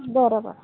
बरं बरं